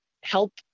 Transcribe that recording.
help